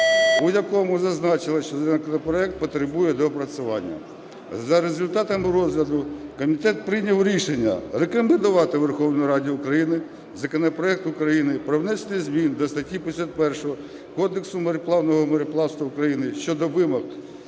у якому зазначило, що законопроект потребує доопрацювання. За результатами розгляду комітет прийняв рішення рекомендувати Верховній Раді України законопроект України про внесення змін до статті 51 Кодексу торговельного мореплавства України щодо вимог